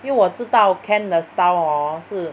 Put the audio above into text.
因为我知道 Ken 的 style orh 是